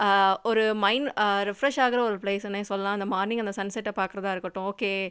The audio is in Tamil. ஒரு மைண்ட் ரெஃப்ரெஷ் ஆகுற ஒரு ப்ளேஸ்ஸுன்னே சொல்லலாம் இந்த மார்னிங் அந்த சன் செட்டை பார்க்குறதா இருக்கட்டும் ஓகே